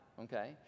okay